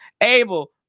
abel